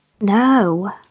No